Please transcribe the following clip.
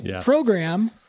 program